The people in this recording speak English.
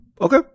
Okay